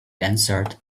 answered